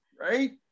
right